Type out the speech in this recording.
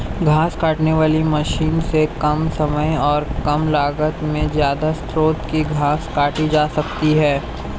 घास काटने वाली मशीन से कम समय और कम लागत में ज्यदा क्षेत्र की घास काटी जा सकती है